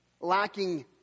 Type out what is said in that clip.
lacking